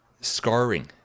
scarring